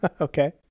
Okay